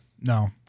No